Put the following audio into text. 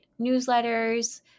newsletters